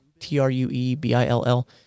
T-R-U-E-B-I-L-L